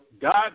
God